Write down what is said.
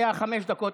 עשה עסקאות חוץ-בנקאיות